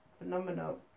Phenomenal